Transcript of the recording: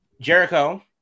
Jericho